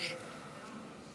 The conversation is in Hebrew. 15:00,